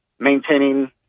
maintaining